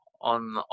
on